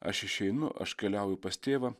aš išeinu aš keliauju pas tėvą